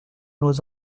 nos